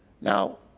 Now